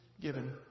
given